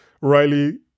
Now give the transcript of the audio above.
Riley